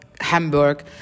Hamburg